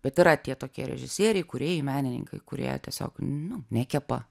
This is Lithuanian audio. bet yra tie tokie režisieriai kūrėjai menininkai kurie tiesiog nu nekepa